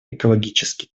экологически